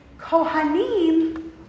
Kohanim